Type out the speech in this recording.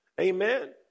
Amen